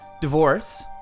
Divorce